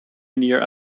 manier